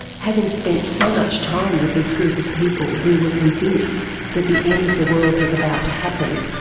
having spent so much time with this group of people who were convinced that the end of the world was about to happen,